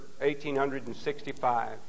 1865